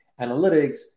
analytics